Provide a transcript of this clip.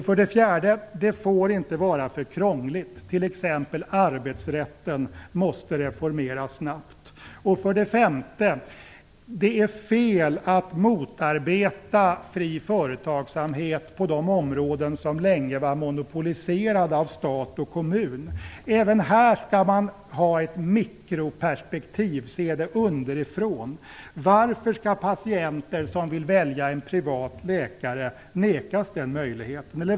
För det fjärde: Det får inte vara för krångligt - t.ex. arbetsrätten måste reformeras snabbt. För det femte: Det är fel att motarbeta fri företagsamhet på de områden som länge varit monopoliserade av stat och kommun. Även här skall man ha ett mikroperspektiv, se det underifrån. Varför skall patienter som vill välja en privat läkare vägras den möjligheten?